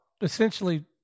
essentially